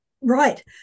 right